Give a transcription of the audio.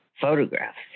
photographs